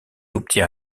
obtient